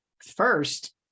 First